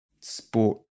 sport